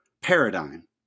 paradigm